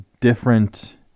different